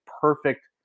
perfect